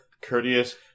courteous